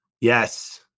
yes